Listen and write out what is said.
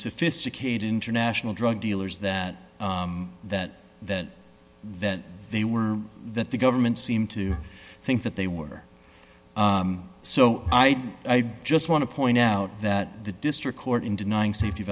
sophisticated international drug dealers that that that that they were that the government seem to think that they were so i just want to point out that the district court in denying safety